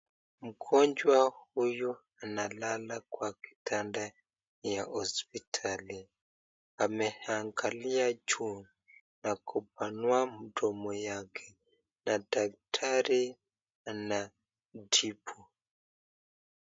Mgonjwa huyu analala kwa kitanda ya hospitali. Ameangalia juu na kupanua mdomo yake na daktari anamtibu.